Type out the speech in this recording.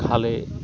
খালে